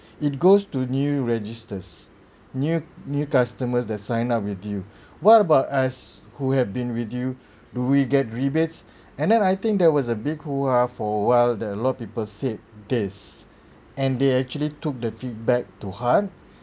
it goes to new registers new new customers that sign up with you what about us who have been with you do we get rebates and then I think there was a big hoo ha for awhile that a lot of people said this and they actually took the feedback to heart